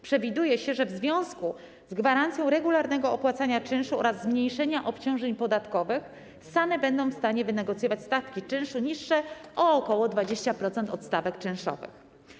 Przewiduje się, że w związku z gwarancją regularnego opłacania czynszu oraz zmniejszenia obciążeń podatkowych społeczne agencje najmu będą w stanie wynegocjować stawki czynszu niższe o ok. 20% od stawek czynszowych.